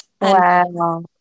Wow